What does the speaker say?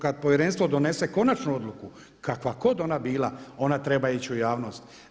Kad povjerenstvo donese konačnu odluku kakva god ona bila ona treba ići u javnost.